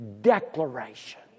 declaration